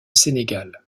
sénégal